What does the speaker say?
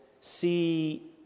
see